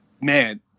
Man